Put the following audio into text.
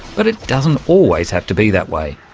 but it doesn't always have to be that way.